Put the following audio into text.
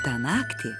tą naktį